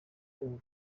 uwo